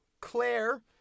Claire